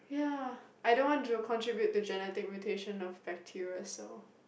ya I don't want to contribute to genetic mutation of bacteria so